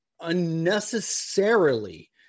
unnecessarily